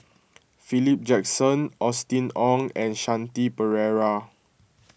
Philip Jackson Austen Ong and Shanti Pereira